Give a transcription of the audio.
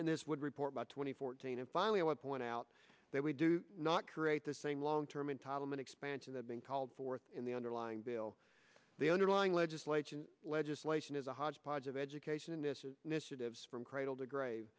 and this would report about twenty fourteen and finally one point out that we do not create the same long term entitlement expansion that being called forth in the underlying bill the underlying legislation legislation is a hodgepodge of education in this is mr tibbs from cradle to grave